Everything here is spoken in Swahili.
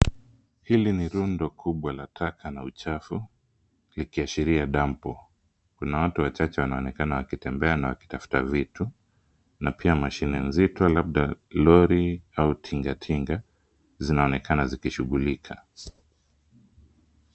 Hili ni rundo kubwa la taka na uchafu, likiashiria dampo. Kuna watu wachache wanaonekana wakitembea na wakitafuta vitu na pia mashine nzito labda lori au tingatinga zinaonekana zikishughulika.